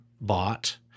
bought